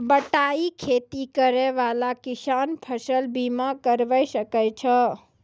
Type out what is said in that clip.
बटाई खेती करै वाला किसान फ़सल बीमा करबै सकै छौ?